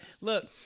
Look